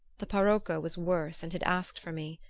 the parocco was worse and had asked for me.